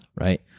right